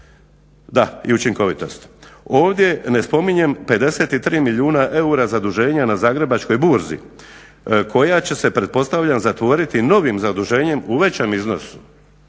i učinkovitost. Ovdje ne spominjem 53 milijuna eura zaduženja na Zagrebačkoj burzi koja će se pretpostavljam zatvoriti novim zaduženjem u većem iznosu.